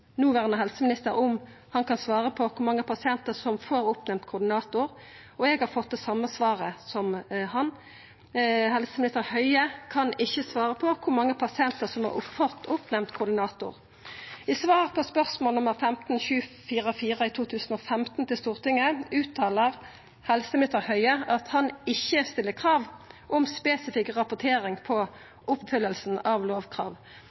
noverande helseminister om han kan svara på kor mange pasientar som får oppnemnt koordinator, og eg har fått det same svaret som han. Helseminister Høie kan ikkje svara på kor mange pasientar som har fått oppnemnt koordinator. I svar på spørsmål nr. 15:744 i 2015 til Stortinget uttaler helseminister Høie at han ikkje stiller krav om spesifikk rapportering på oppfylling av lovkrav.